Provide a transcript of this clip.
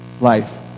life